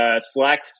Slack